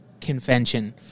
convention